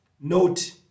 note